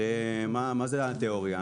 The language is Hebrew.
הרי מה זה התיאוריה?